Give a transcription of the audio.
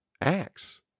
acts